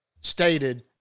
stated